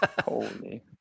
Holy